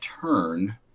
turn